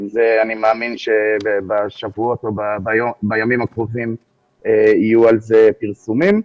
אני מאמין שבשבועות או בימים הקרובים יהיו על זה פרסומים.